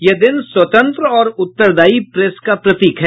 यह दिन स्वतंत्र और उत्तरदायी प्रेस का प्रतीक है